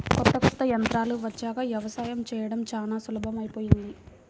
కొత్త కొత్త యంత్రాలు వచ్చాక యవసాయం చేయడం చానా సులభమైపొయ్యింది